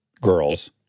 Girls